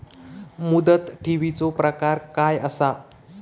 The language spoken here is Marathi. मुदत ठेवीचो प्रकार काय असा?